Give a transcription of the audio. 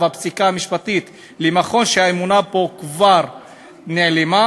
הפסיקה המשפטית למכון שהאמונה בו כבר נעלמה?